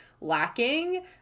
lacking